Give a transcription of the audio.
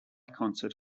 concert